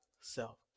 Self